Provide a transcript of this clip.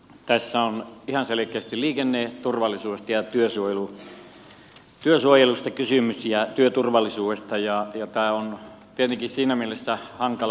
tässä on ihan selkeästi liikenneturvallisuudesta ja työsuojelusta kysymys ja työturvallisuudesta ja tämä on tietenkin siinä mielessä hankala